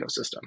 ecosystem